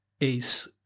ace